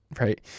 right